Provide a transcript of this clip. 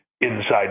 inside